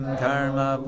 Karma